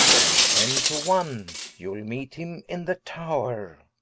and tenne to one you'le meet him in the tower